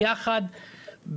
ביחד,